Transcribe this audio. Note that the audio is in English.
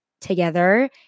together